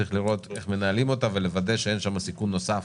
צריך לראות איך מנהלים אותה ולוודא שאין סיכון נוסף